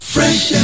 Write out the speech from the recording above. Fresh